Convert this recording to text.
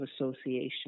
Association